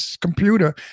computer